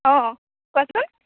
অঁ কোৱাচোন